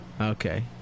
Okay